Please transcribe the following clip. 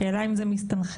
השאלה אם זה מסתנכרן.